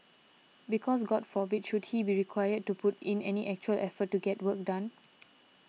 because god forbid should he be required to put in any actual effort to get work done